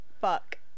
fuck